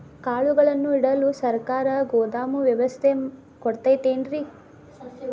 ಕಾಳುಗಳನ್ನುಇಡಲು ಸರಕಾರ ಗೋದಾಮು ವ್ಯವಸ್ಥೆ ಕೊಡತೈತೇನ್ರಿ?